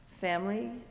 family